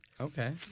Okay